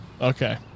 Okay